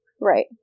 Right